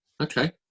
Okay